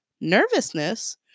nervousness